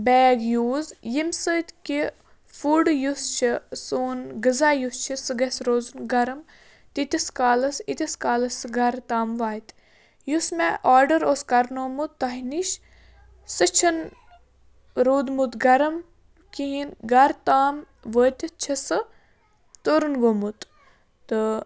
bag یوٗز ییٚمہِ سۭتۍ کہِ فُڈ یُس چھُ سون غذا یُس چھُ سُہ گَژھِ روزُن گَرم تیٖتِس کالَس ییٖتِس کالَس سُہ گَرٕ تام واتہِ یُس مےٚ آرڈَر اوس کَرنومُت تۄہہِ نِش سُہ چھُنہٕ روٗدمُت گَرم کِہیٖنۍ گَرٕ تام وٲتِتھ چھِ سُہ تُرُن گوٚمُت تہٕ